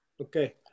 Okay